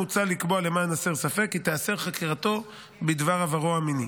מוצע לקבוע למען הסר ספק כי תיאסר חקירתו בדבר עברו המיני.